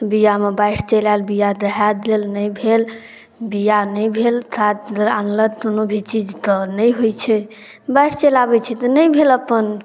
बिआमे बाढ़ि चलि आएल दहा गेल नहि भेल बिआ नहि भेल खाद अगर आनलथि कोनो भी चीज तऽ नहि होइ छै बाढ़ि चलि आबै छै तऽ नहि भेल अपन